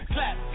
Clap